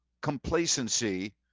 complacency